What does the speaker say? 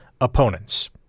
opponents